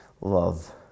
love